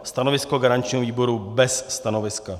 Stanovisko garančního výboru bez stanoviska.